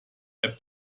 app